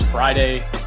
Friday